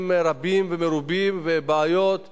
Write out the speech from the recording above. היום היא מתחזקת, מחר תהיה הפגנה גדולה,